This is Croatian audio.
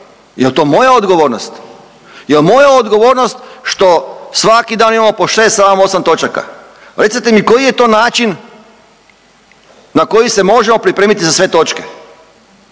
Jel to moja odgovornost? Jel moja odgovornost što svaki dan imamo po 6, 7, 8 točaka. Recite mi koji je to način na koji se možemo pripremiti za sve točke.